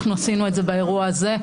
אנחנו עשינו את זה באירוע הזה,